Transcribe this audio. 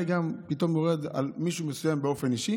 גם פתאום יורד על מישהו מסוים באופן אישי.